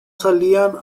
salían